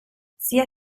sia